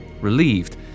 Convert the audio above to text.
Relieved